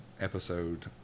episode